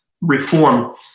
reform